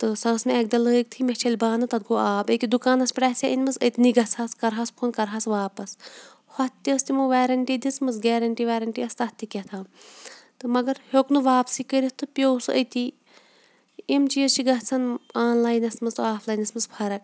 تہٕ سۄ ٲس مےٚ اَکہِ دۄہ لٲگتھٕے مےٚ چھٔلۍ بانہٕ تَتھ گوٚو آب أکیٛاہ دُکانَس پٮ۪ٹھ آسہِ ہے أنۍمٕژ أتۍ نی گژھٕ ہَس کَرٕہَس فون کَرٕہَس واپَس ہۄتھ تہِ ٲس تِمو ویرنٹی دِژمٕژ گیرَنٹی ویرَںٹی ٲس تَتھ تہِ کیٛاہ تھام تہٕ مگر ہیوٚک نہٕ واپسٕے کٔرِتھ تہٕ پیوٚ سُہ أتی یِم چیٖز چھِ گژھان آنلاینَس منٛز اتہٕ آفلاینَس منٛز فرق